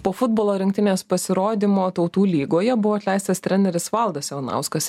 po futbolo rinktinės pasirodymo tautų lygoje buvo atleistas treneris valdas ivanauskas